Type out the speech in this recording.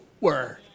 word